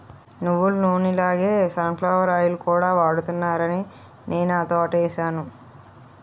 నువ్వులనూనె లాగే sunflower oil కూడా వాడుతున్నారాని నేనా తోటేసాను